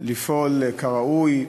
לפעול כראוי.